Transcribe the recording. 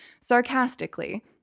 sarcastically